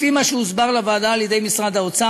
לפי מה שהוסבר לוועדה על-ידי משרד האוצר,